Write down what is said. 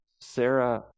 Sarah